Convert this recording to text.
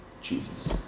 Jesus